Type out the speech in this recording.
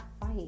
fight